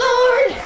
Lord